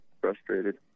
frustrated